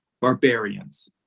barbarians